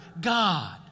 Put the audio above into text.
God